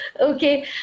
okay